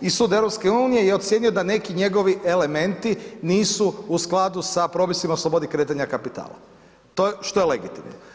i Sud EU je ocijenio da neki njegovi elementi nisu u skladu sa propisima o slobodi kretanja kapitala, to je što je legitimno.